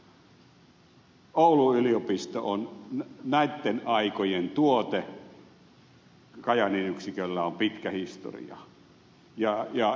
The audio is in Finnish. oulun yliopisto on näitten aikojen tuote kajaanin yksiköllä on pitkä historia